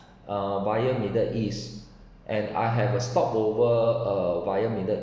uh via middle east and I have a stopover uh via middle